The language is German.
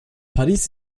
paris